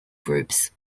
groups